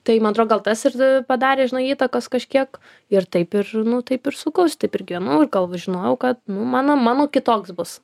tai man atrodo gal tas ir padarė žinai įtakos kažkiek ir taip ir nu taip ir sukausi taip ir gyvenau ir gal žinojau kad mano mano kitoks bus